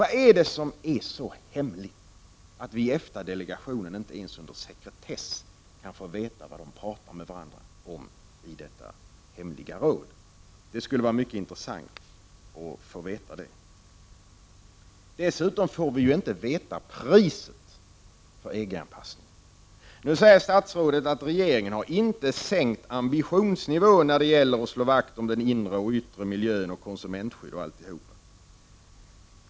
Vad är det som är så hemligt att vi i EFTA-delegationen inte ens under sekretess kan få veta vad ni talade med varandra om i detta hemliga råd? Det skulle vara mycket intressant att få veta det. Dessutom får vi inte veta priset för EG-anpassningen. Nu säger statsrådet — Prot. 1989/90:23 Gradin: Regeringen har inte sänkt ambitionsnivån när det gäller att slå vakt 10 november 1989 om den inre och yttre miljön, konsumentskydd etc.